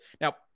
now